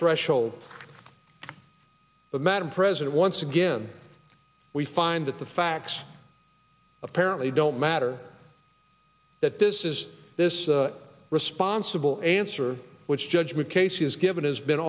threshold of madame president once again we find that the facts apparently don't matter that this is this responsible answer which judgment casey has given has been